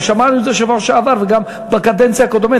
שמענו על זה בשבוע שעבר וגם בקדנציה הקודמת.